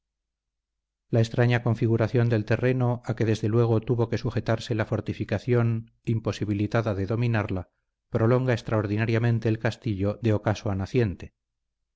la extraña configuración del terreno a que desde luego tuvo que sujetarse la fortificación imposibilitada de dominarla prolonga extraordinariamente el castillo de ocaso a naciente